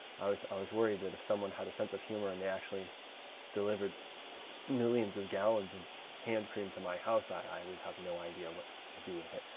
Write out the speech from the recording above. i was i was worried that if someone had a sense of humor, and they actually delivered millions of gallons of hand cream to my house, i would have no idea what to do with it.